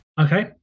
Okay